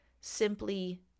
simply